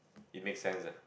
it make sense leh